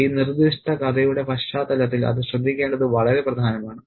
ഈ നിർദ്ദിഷ്ട കഥയുടെ പശ്ചാത്തലത്തിൽ അത് ശ്രദ്ധിക്കേണ്ടത് വളരെ പ്രധാനമാണ്